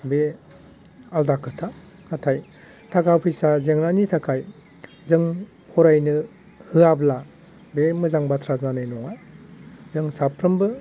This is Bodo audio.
बे आलादा खोथा नाथाय थाखा फैसा जेंनानि थाखाय जों फरायनो होआब्ला बे मोजां बाथ्रा जानाय नङा जों साफ्रोमबो